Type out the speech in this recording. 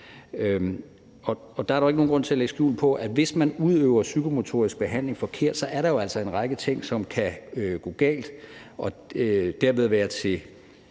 Der er der jo ikke nogen grund til at lægge skjul på, at hvis man udøver psykomotorisk behandling forkert, er der en række ting, som kan gå galt og dermed være til